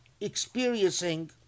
experiencing